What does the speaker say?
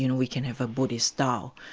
you know we can have a buddhist tao,